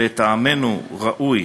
לטעמנו ראוי